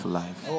life